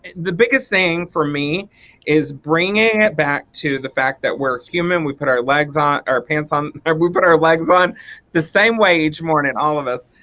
the biggest thing for me is bringing it back to the fact that we're human, we put our legs on our pants on we put our legs on the same way each morning all of us.